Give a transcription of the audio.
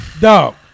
Dog